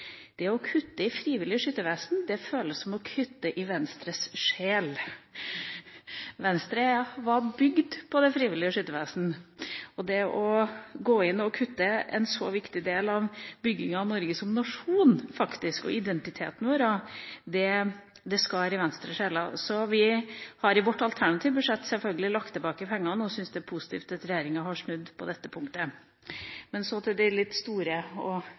det minste. Det å kutte i Det frivillige Skyttervesen føles som å kutte i Venstres sjel. Venstre var bygd på Det frivillige Skyttervesen, og det å gå inn og kutte i en så viktig del av bygginga av Norge som nasjon, faktisk, og identiteten vår, skar i Venstre-sjela. Vi har i vårt alternative budsjett selvfølgelig lagt tilbake pengene og syns det er positivt at regjeringa har snudd på dette punktet. Så til de litt store tallene og